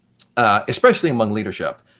especially among leadership.